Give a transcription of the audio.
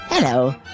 Hello